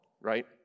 right